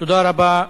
תודה רבה.